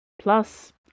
Plus